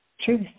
truth